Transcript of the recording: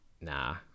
Nah